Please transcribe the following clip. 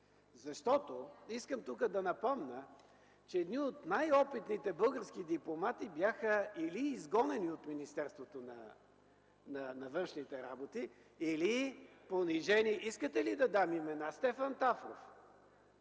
съюз. Искам тук да напомня, че едни от най-опитните български дипломати бяха или изгонени от Министерството на външните работи, или понижени... (Реплики от КБ.) Искате ли да дам имена? Стефан Тафров!